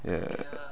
ya